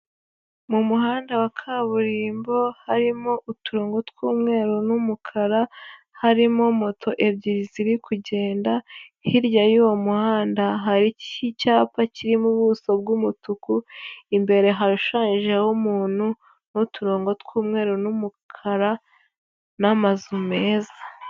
Mu muhanda wa kaburimbo harimo uturongo tw'umweru n'umukara, harimo moto ebyiri ziri kugenda, hirya y'uwo muhanda hari icyapa kirimo ubuso bw'umutuku, imbere hashushanyijeho umuntu n'uturongo tw'umweru n'umukara n'amazu meza.